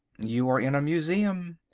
you are in a museum.